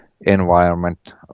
environment